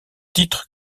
titre